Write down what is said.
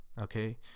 Okay